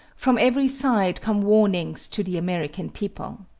from every side come warnings to the american people.